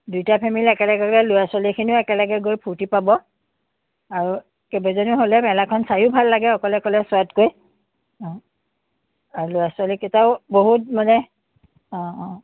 দুইটা ফেমিলী একেলগে গ'লে ল'ৰা ছোৱালীখিনিও একেলগে গৈ ফূৰ্তি পাব আৰু কেবাজনীও হ'লে মেলাখন চায়ো ভাল লাগে অকলে অকলে চোৱাতকৈ অঁ আৰু ল'ৰা ছোৱালীকেইটাও বহুত মানে অঁ অঁ